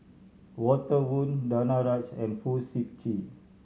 Walter Woon Danaraj and Fong Sip Chee